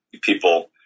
people